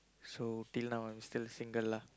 so til now I'm still single lah